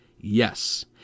Yes